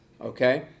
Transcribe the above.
okay